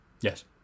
Yes